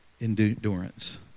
endurance